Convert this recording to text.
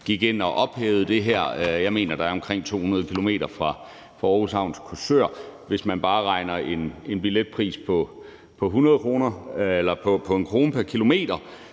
gik ind og ophævede det her? Jeg mener, der er omkring 200 km fra Aarhus Havn til Korsør, og hvis man bare regner med en billetpris på 1 kr. pr. kilometer,